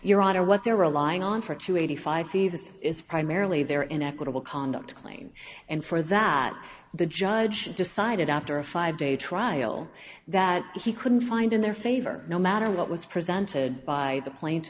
your honor what they're relying on for two eighty five thieves is primarily their inequitable conduct claim and for that the judge decided after a five day trial that he couldn't find in their favor no matter what was presented by the pla